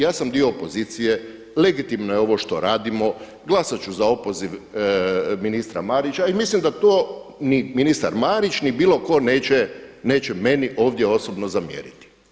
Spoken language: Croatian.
Ja sam dio opozicije, legitimno je ovo što radimo, glasat ću za opoziv ministra Marića i mislim da to ministar Marić ni bi ko neće meni ovdje osobno zamjeriti.